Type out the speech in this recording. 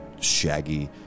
Shaggy